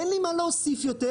אין לי מה להוסיף יותר,